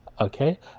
Okay